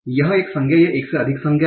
यह एक संज्ञा या एक से अधिक संज्ञा है